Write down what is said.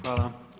Hvala.